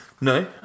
No